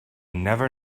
never